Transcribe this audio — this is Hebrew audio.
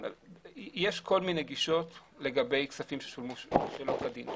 יש כל מיני גישות לגבי כספים ששולמו שלא כדין.